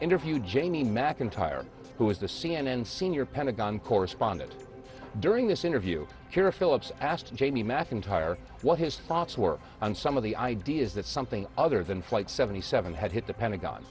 interview jamie mcintyre who is the c n n senior pentagon correspondent during this interview here phillips asked jamie mcintyre what his thoughts were on some of the ideas that something other than flight seventy seven had hit the pentagon